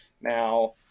now